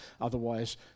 otherwise